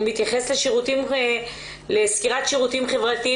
הוא מתייחס לסקירת שירותים חברתיים